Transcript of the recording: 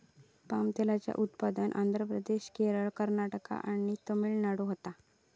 palm तेलाचा उत्पादन आंध्र प्रदेश, केरळ, कर्नाटक आणि तमिळनाडूत होता